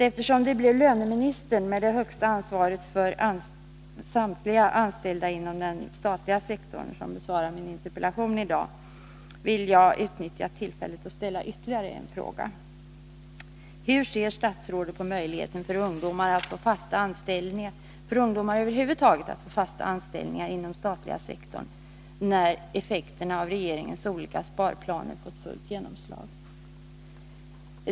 Eftersom det blev löneministern — med det högsta ansvaret för samtliga anställda inom den statliga sektorn — som besvarade min interpellation i dag, vill jag utnyttja tillfället att ställa ytterligare en fråga: Hur-ser statsrådet på möjligheten över huvud taget för ungdomar att få fasta anställningar inom den statliga sektorn, när effekterna av regeringens olika sparplaner fått fullt genomslag?